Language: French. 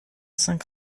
cinq